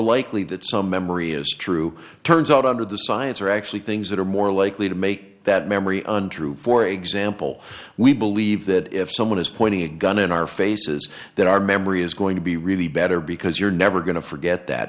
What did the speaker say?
likely that some memory is true turns out under the science or actually things that are more likely to make that memory untrue for example we believe that if someone is any gun in our faces that our memory is going to be really better because you're never going to forget that